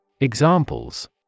Examples